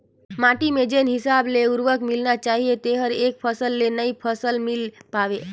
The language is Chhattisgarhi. माटी में जेन हिसाब ले उरवरक मिलना चाहीए तेहर एक फसल ले नई फसल मिल पाय